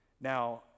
Now